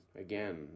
Again